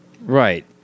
Right